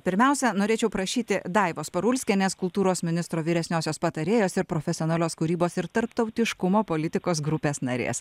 pirmiausia norėčiau prašyti daivos parulskienės kultūros ministro vyresniosios patarėjos ir profesionalios kūrybos ir tarptautiškumo politikos grupės narės